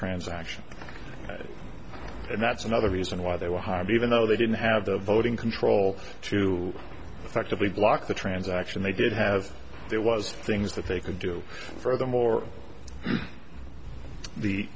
transaction and that's another reason why they were hired even though they didn't have the voting control to effectively block the transaction they did have there was things that they could do furthermore the